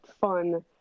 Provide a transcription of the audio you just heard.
fun